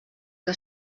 que